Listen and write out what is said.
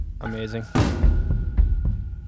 amazing